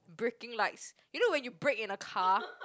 braking lights you know when you brake in a car